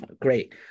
Great